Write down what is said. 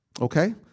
Okay